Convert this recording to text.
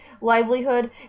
livelihood